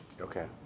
okay